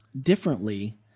differently